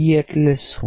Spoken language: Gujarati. પી એટલે શું